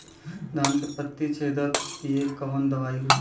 धान के पत्ती छेदक कियेपे कवन दवाई होई?